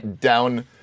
down